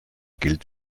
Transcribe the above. gilt